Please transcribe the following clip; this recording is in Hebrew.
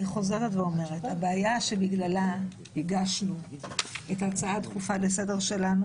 הבעיה שבגללה הגשנו את ההצעה הדחופה לסדר שלנו